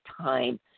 time